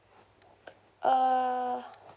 uh